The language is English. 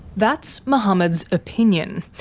that's mohammed's opinion.